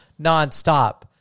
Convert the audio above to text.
nonstop